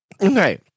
Okay